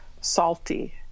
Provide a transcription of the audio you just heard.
salty